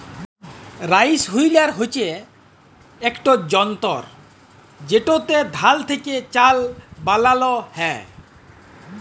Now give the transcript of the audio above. rice huller হছে ইকট যল্তর যেটতে ধাল থ্যাকে চাল বালাল হ্যয়